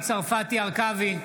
צרפתי הרכבי,